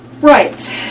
Right